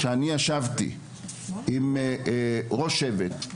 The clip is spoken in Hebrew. כשאני ישבתי עם ראש שבט מסוים,